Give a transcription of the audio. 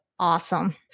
awesome